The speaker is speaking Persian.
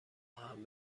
آهن